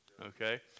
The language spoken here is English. Okay